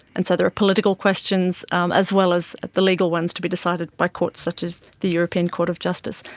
and so there are political questions um as well as the legal ones to be decided by courts such as the european court of justice.